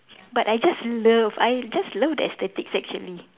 but I just love I just love that aesthetics actually